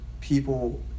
people